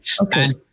Okay